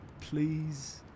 Please